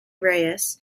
reis